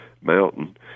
Mountain